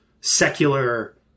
secular